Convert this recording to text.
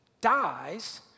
dies